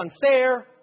unfair